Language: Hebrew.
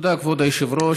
תודה, כבוד היושב-ראש.